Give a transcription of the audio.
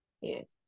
Yes